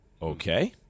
Okay